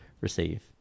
receive